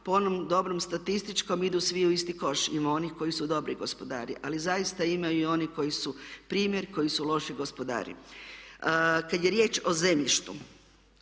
po onom dobrom statističkom idu svi u isti koš. Ima onih koji su dobri gospodari ali zaista ima i onih koji su primjer, koji su loši gospodari. Kad je riječ o zemljištu